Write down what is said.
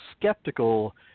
skeptical